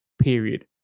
period